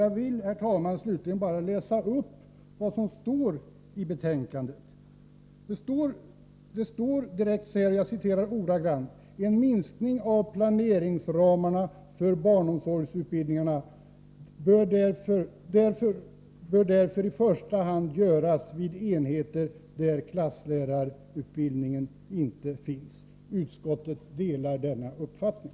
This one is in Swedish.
Jag vill, herr talman, slutligen bara läsa upp” vad som står i betänkandet: ”Föredragande statsrådet anför som sin mening att ——— en minskning av planeringsramarna för barnomsorgsutbildningarna därför i första hand bör göras vid enheter där klasslärarutbildning inte finns. Utskottet delar denna uppfattning.”